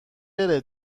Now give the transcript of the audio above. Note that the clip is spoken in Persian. بره